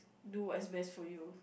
do what's best for you